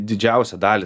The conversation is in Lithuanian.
didžiausią dalį